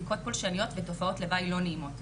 בדיקת פולשניות ותופעות לוואי לא נעימות,